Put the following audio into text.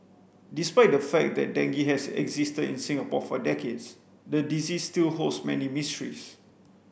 despite the fact that dengue has existed in Singapore for decades the disease still holds many mysteries